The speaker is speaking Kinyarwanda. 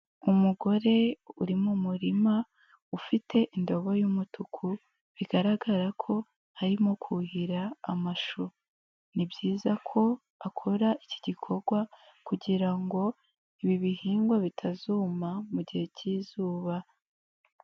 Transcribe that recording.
Umugore uri mu murima ufite indobo y'umutuku bigaragara ko harimo kuhira amashu, ni byiza ko akora iki gikorwa kugirango ibi bihingwa bitazuma mu gihe cy'izuba.